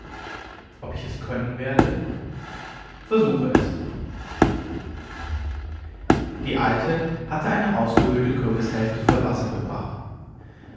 ob ich es können werde versuche es die alte hatte eine ausgehöhlte kürbishälfte voll wasser gebracht